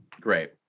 great